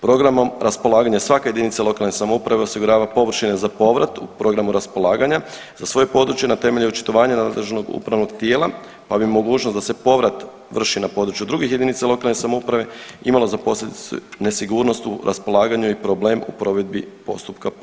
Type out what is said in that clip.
Programom raspolaganja svaka jedinica lokalne samouprave osigurava površine za povrat u programu raspolaganja, za svoje područje na temelju očitovanja nadležnog upravnog tijela, ali i mogućnost da se povrat vrši na području drugih jedinica lokalne samouprave imalo za posljedicu nesigurnost u raspolaganju i problem u provedbi postupka povrata.